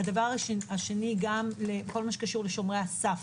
שנית, בכל הקשור לשומרי הסף